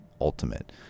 ultimate